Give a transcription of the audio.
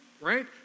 right